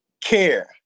care